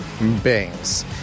bangs